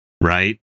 Right